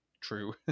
true